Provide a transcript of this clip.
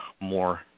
more